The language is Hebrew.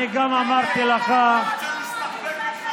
אני גם אמרתי לך, הוא רוצה להסתחבק איתך.